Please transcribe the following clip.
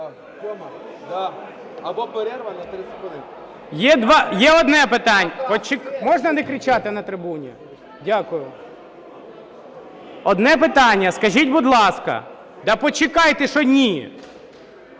Є одне питання. Можна не кричати на трибуні? Дякую. Одне питання. Скажіть, будь ласка… Да почекайте, що ні.